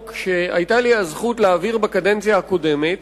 שהיתה לי הזכות להעביר בכנסת הקודמת,